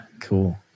cool